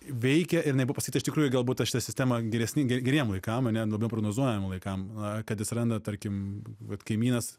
veikia ir jinai buvo pasakyta iš tikrųjų galbūt va šita sistema grėsminga ir geriem laikam ane labiau prognozuojamiem laikam kad atsiranda tarkim vat kaimynas